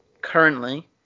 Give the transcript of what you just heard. currently